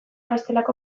bestelako